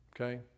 okay